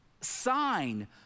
sign